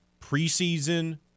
Preseason